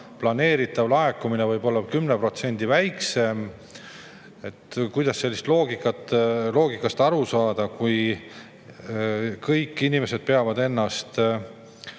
planeeritav laekumine võib olla 10% väiksem. Kuidas sellest loogikast aru saada? Kui kõik inimesed peavad ennast